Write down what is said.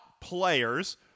players